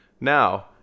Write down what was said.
now